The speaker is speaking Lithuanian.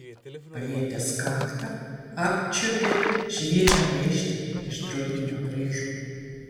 palietęs kaktą apčiuopė šviežią raištį iš drobinių atraižų